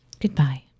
Goodbye